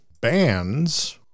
bands